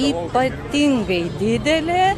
ypatingai didelė